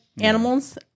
animals